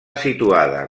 situada